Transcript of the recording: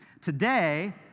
Today